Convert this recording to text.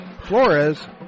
Flores